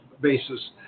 basis